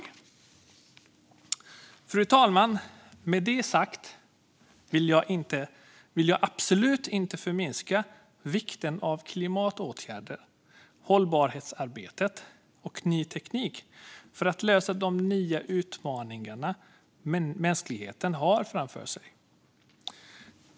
Fru talman! Med detta sagt vill jag absolut inte förminska vikten av klimatåtgärder, hållbarhetsarbete och ny teknik för att lösa de nya utmaningar mänskligheten har framför sig.